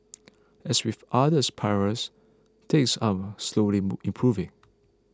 as with others pries things are slowly improving